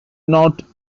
not